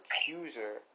accuser